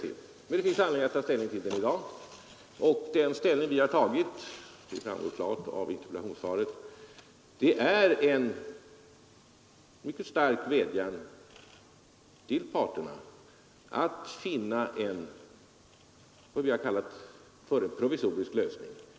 Vad vi kan göra i dag — det framgår klart av interpellationssvaret — är att rikta en stark vädjan till parterna att finna en, som vi tidigare har kallat det, provisorisk lösning.